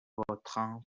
vautrin